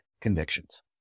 convictions